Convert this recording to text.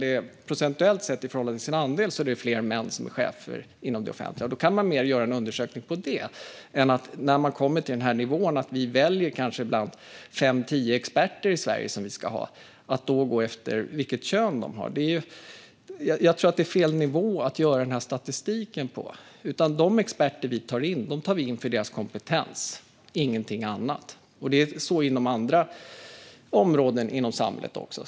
Men procentuellt sett, i förhållande till sin andel, är fler män chefer inom det offentliga. Då kan man göra en undersökning av detta, snarare än att på den här nivån, där vi väljer bland kanske fem tio experter i Sverige, gå efter vilket kön de har. Jag tror att det är fel nivå att göra denna statistik på. De experter vi tar in tar vi in för deras kompetens, ingenting annat. Det är så även inom andra områden i samhället.